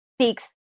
six